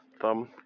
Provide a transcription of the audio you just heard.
thumb